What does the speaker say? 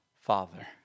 father